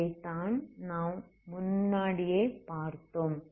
இதைத்தான் நாம் முன்னாடியே பார்த்தோம்